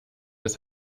des